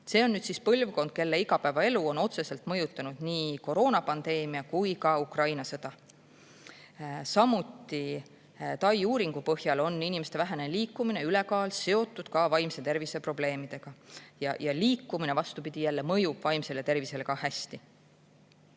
See on põlvkond, kelle igapäevaelu on otseselt mõjutanud nii koroonapandeemia kui ka Ukraina sõda. Samuti TAI uuringu põhjal on inimeste vähene liikumine ja ülekaal seotud ka vaimse tervise probleemidega. Liikumine, vastupidi, jälle mõjub vaimsele tervisele